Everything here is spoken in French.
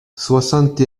soixante